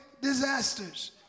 disasters